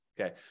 Okay